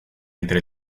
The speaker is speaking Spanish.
entre